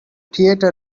theater